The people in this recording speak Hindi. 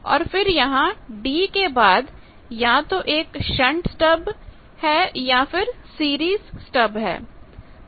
और फिर यहां d के बाद या तो एक शंट स्टब या फिर सीरीज स्टब है